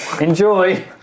Enjoy